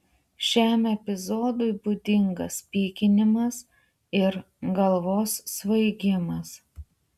šiam epizodui būdingas pykinimas ir galvos svaigimas